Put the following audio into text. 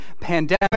pandemic